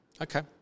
Okay